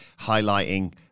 highlighting